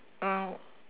uh